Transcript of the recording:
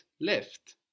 left